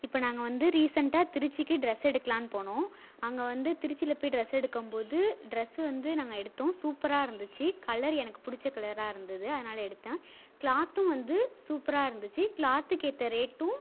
இப்போ நாங்கள் வந்து ரீசென்ட்டாக திருச்சிக்கு ட்ரெஸ் எடுக்கலாம்னு போனோம் அங்கே வந்து திருச்சியில் போய் ட்ரெஸ் எடுக்கும் போது ட்ரெஸ் வந்து நாங்கள் எடுத்தோம் சூப்பராகருந்துச்சி கலரு எனக்கு பிடிச்ச கலராக இருந்தது அதனாலே எடுத்தேன் க்ளாத்தும் வந்து சூப்பராகருந்துச்சி க்ளாத்துக்கேற்ற ரேட்டும்